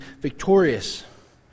victorious